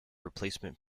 replacement